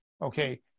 okay